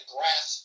Grass